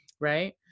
Right